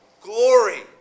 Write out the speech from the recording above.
Glory